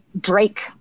Drake